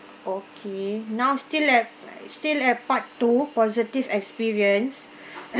okay now still have still have part two positive experience